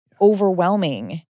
overwhelming